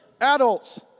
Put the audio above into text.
Adults